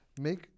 make